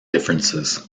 differences